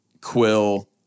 Quill